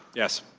yes.